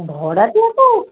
ଭଡ଼ାଟିଆ ତ ଆଉ